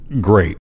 great